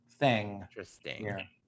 interesting